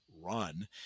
run